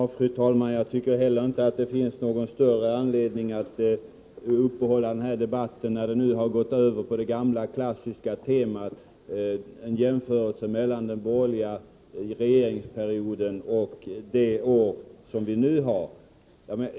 Fru talman! Jag tycker heller inte att det finns någon större anledning att förlänga debatten, när den har gått in på det klassiska temat jämförelser med den borgerliga regeringsperioden.